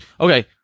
okay